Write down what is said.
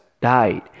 died